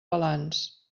balanç